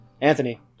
Anthony